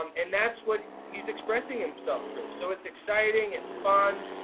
um and that's what he's expressing himself through. so it's exciting, it's fun.